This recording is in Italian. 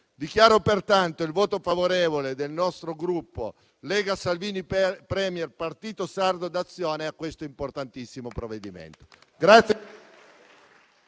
Dichiaro pertanto il voto favorevole del nostro Gruppo Lega-Salvini *Premier*- Partito Sardo d'Azione a questo importantissimo provvedimento.